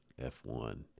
F1